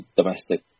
domestic